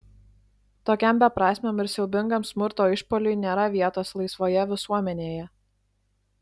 tokiam beprasmiam ir siaubingam smurto išpuoliui nėra vietos laisvoje visuomenėje